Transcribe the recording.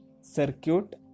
circuit